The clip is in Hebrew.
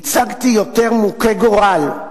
ייצגתי יותר מוכי גורל,